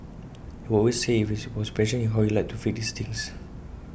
he always say IT was his passion how he liked to fix these things